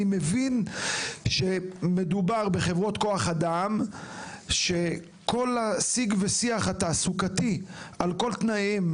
אני מבין שמדובר בחברות כוח אדם שכל הסיג והשיח התעסוקתי על כל תנאיו,